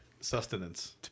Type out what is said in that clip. sustenance